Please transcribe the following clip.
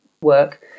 work